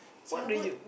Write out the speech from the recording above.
childhood